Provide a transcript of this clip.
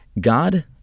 God